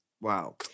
Wow